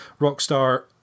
Rockstar